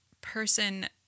person